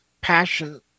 passion